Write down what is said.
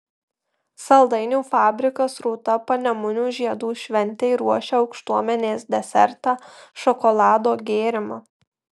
saldainių fabrikas rūta panemunių žiedų šventei ruošia aukštuomenės desertą šokolado gėrimą